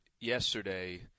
Yesterday